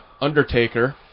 Undertaker